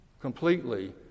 Completely